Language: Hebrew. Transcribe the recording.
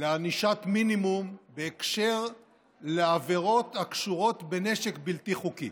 לענישת מינימום בקשר לעבירות הקשורות לנשק בלתי חוקי.